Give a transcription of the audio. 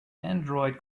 android